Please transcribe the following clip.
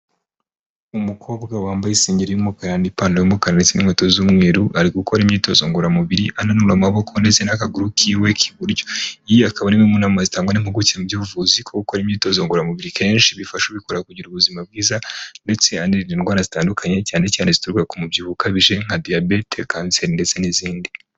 Umukobwa wambaye isengeri y'umukara n'ipantaro y'umukara ndetse n'inkwetoza z'umweru, ari gukora imyitozo ngoramubiri ananura amaboko ndetse n'akaguru kiwe k'iburyo. Iyi aka ari mwe mu nama zitangwa n impuguke mu by'ubuvuzi kuko gukora imyitozo ngororamubiri kenshi bifasha ubikora kugira ubuzima bwiza ndetse anirinda indwara zitandukanye, cyane cyane zituruka ku mubyiho ukabije nka diyabete, kanseri ndetse n'izindi.